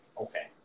Okay